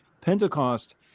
Pentecost